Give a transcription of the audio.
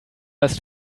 ist